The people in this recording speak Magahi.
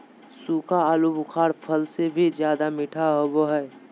सूखा आलूबुखारा फल से भी ज्यादा मीठा होबो हइ